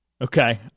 Okay